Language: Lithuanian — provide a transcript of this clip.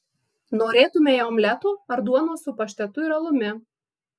norėtumei omleto ar duonos su paštetu ir alumi